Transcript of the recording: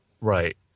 right